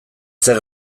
zer